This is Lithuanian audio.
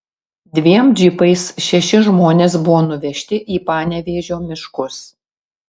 dviem džipais šeši žmonės buvo nuvežti į panevėžio miškus